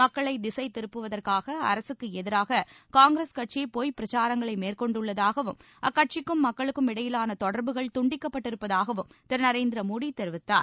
மக்களை திசை திருப்புவதற்காக அரசுக்கு எதிராக காங்கிரஸ் கட்சி பொய்ப் பிரச்சாரங்களை மேற்கொண்டுள்ளதாகவும் அக்கட்சிக்கும் மக்களுக்கும் இடையிலான தொடர்புகள் துண்டிக்கப்பட்டிருப்பதாகவும் திரு நரேந்திர மோடி தெரிவித்தார்